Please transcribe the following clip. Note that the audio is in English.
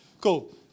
Cool